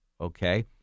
Okay